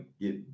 get